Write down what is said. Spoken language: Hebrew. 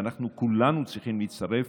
ואנחנו כולנו צריכים להצטרף,